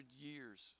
years